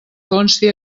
consti